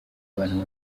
abantu